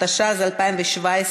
התשע"ז 2017,